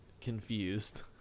Confused